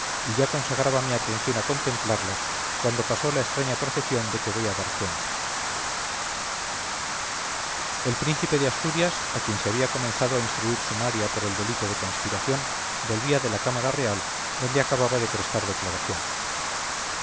y ya consagraba mi atención a contemplarlas cuando pasó la extraña procesión de que voy a dar cuenta el príncipe de asturias a quien se había comenzado a instruir sumaria por el delito de conspiración volvía de la cámara real donde acababa de prestar declaración